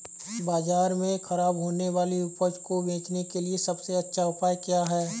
बाजार में खराब होने वाली उपज को बेचने के लिए सबसे अच्छा उपाय क्या हैं?